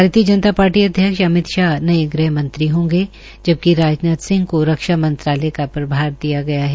भारतीय जनता पार्टी अध्यक्ष अमित शाह नये ग्रहमंत्री होंगे जबकि राजनाथ सिंह को रक्षा मंत्रालय का प्रभार दिया गया है